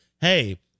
hey